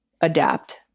adapt